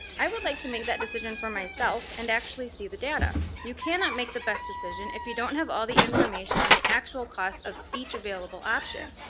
i would like to make that decision for myself and actually see the data. you cannot make the best decision if you don't have all the information on the actual cost of each available option.